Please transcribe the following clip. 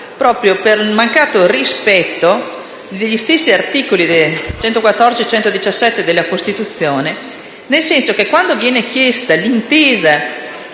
proprio per il mancato rispetto degli stessi articoli 114 e 117 della Costituzione, perché quando viene chiesta l'intesa